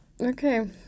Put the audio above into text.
okay